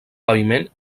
paviment